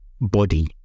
body